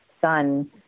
son